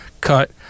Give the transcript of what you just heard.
cut